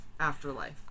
Afterlife